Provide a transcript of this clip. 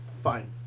Fine